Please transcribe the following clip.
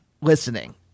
listening